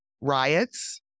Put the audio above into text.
riots